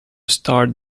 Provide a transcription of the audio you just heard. start